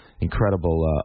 incredible